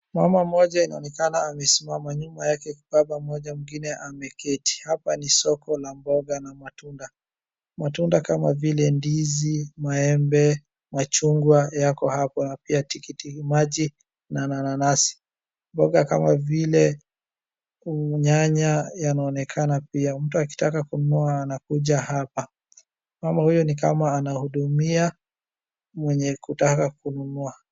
Mama mmoja inaonekana amesimama, nyuma yake baba mmoja mwingine ameketi, hapa ni soko la mboga na matunda. Matunda kama vile ndizi, maembe, machungwa yako hapa pia tikiti maji na nanasi, mboga kama vile nyanya inaonekana pia, mtu akitaka kununua anakuja hapa, mama huyo nikama anahudumia mwenye kutaka kununua.